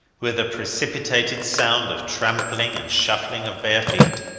with a precipitated sound of trampling and shuffling of bare feet,